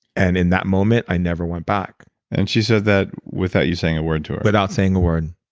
and in that moment, i never went back and she said that without you saying a word to her? without saying a word.